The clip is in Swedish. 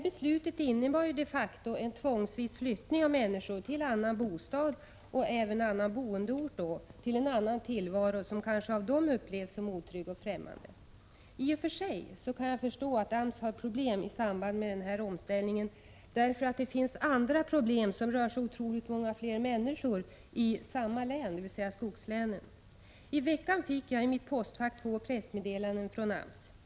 Beslutet innebar ju de facto en tvångsvis flyttning av människor till annan bostad och därmed till annan boendeort, till en annan tillvaro, som kanske av dem upplevs som otrygg och främmande. I och för sig kan jag förstå att AMS har problem i samband med den här omställningen, eftersom det finns andra problem som rör så otroligt många fler människor i samma län, dvs. skogslänen. I veckan fick jag i mitt postfack två pressmeddelanden från AMS.